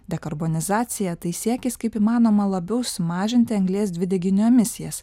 dekarbonizacija tai siekis kaip įmanoma labiau sumažinti anglies dvideginio emisijas